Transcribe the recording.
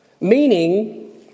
Meaning